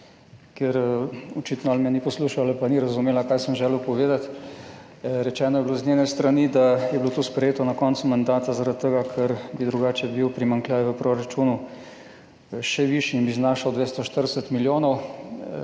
ker očitno, ali me ni poslušal ali pa ni razumela, kaj sem želel povedati. Rečeno je bilo z njene strani, da je bilo to sprejeto na koncu mandata zaradi tega, ker bi drugače bil primanjkljaj v proračunu še višji in bi znašal 240 milijonov.